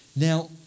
Now